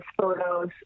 photos